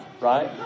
right